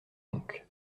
donc